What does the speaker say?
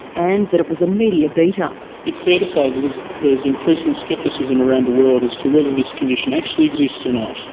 and that it was a media beat up. it's fair to say there is is increasing scepticism around the world as to whether this condition actually exists or not,